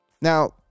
Now